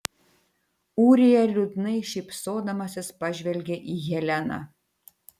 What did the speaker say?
ūrija liūdnai šypsodamasis pažvelgė į heleną